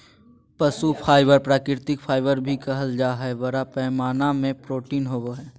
पशु फाइबर प्राकृतिक फाइबर भी कहल जा हइ, बड़ा पैमाना में प्रोटीन होवो हइ